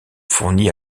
fournit